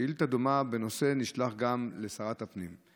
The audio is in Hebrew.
שאילתה דומה בנושא נשלחה גם לשרת הפנים.